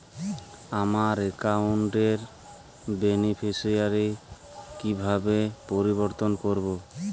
আমার অ্যাকাউন্ট র বেনিফিসিয়ারি কিভাবে পরিবর্তন করবো?